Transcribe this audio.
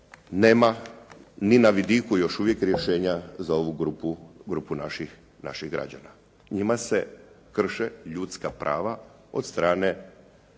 nema ni na vidiku još uvijek rješenja za ovu grupu naših građana. Njima se krše ljudska prava od strane